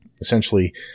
essentially